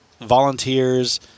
Volunteers